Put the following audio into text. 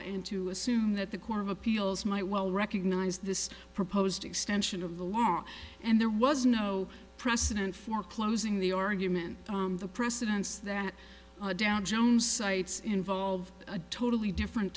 and to assume that the court of appeals might well recognize this proposed extension of the law and there was no precedent for closing the argument on the precedents that down jones cites involve a totally different